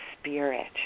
spirit